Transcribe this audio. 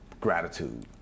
gratitude